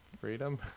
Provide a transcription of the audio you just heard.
freedom